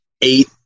eight